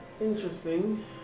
interesting